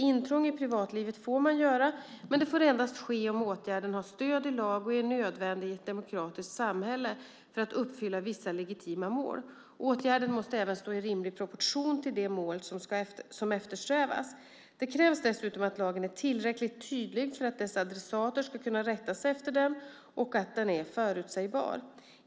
Intrång i privatlivet får man göra, men det får endast ske om åtgärden har stöd i lag och är nödvändig i ett demokratiskt samhälle för att uppfylla vissa legitima mål. Åtgärden måste även stå i rimlig proportion till det mål som eftersträvas. Det krävs dessutom att lagen är tillräckligt tydlig för att dess adressater ska kunna rätta sig efter den och att den är förutsägbar.